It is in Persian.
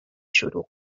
شروع